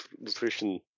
nutrition